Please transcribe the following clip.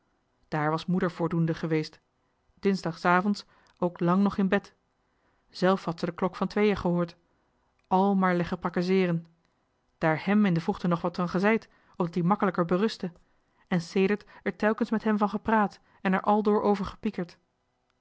daar was moeder voor doende geweest dinsdagsavonds ook làng nog in bed zelf had ze de klok van tweeën gehoord al maar leggen prakkezeeren daar hèm in de vroegte nog wat van gezeid opdat ie makkelijker berustte en sedert er telkens met hem van gepraat en er aldoor over